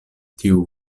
tiu